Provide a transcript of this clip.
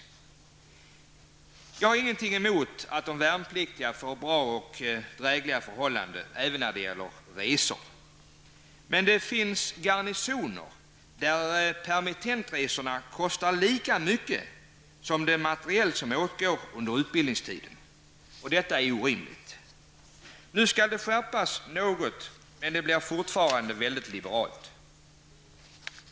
Jag har ingenting emot att de värnpliktiga får drägliga förhållanden och bra även när det gäller resor. Men det finns garnisoner där permitentresorna kostar lika mycket som den materiel som åtgår under utbildningen. Detta är orimligt. Nu skall det skärpas något, men det blir fortfarande väldigt liberalt.